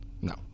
No